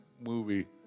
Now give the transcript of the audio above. movie